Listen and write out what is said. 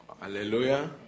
Hallelujah